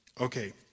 Okay